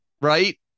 right